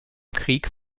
krieg